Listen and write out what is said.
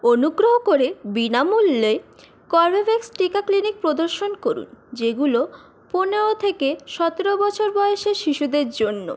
অনুগ্রহ করে বিনামূল্যে কর্বেভ্যাক্স টিকা ক্লিনিক প্রদর্শন করুন যেগুলো পনেরো থেকে সতেরো বছর বয়সের শিশুদের জন্য